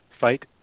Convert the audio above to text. Fight